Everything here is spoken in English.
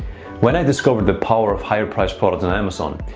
when i discovered the power of higher-priced products on amazon,